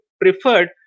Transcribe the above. preferred